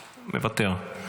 מוותר,